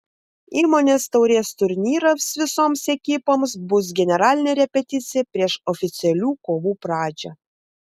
įmonės taurės turnyras visoms ekipoms bus generalinė repeticija prieš oficialių kovų pradžią